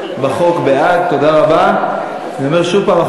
בעד, 57, אין מתנגדים.